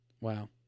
wow